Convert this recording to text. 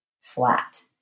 flat